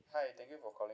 hi thank you for calling